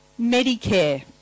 Medicare